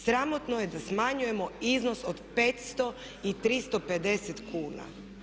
Sramotno je da smanjujemo iznos od 500 i 350 kuna.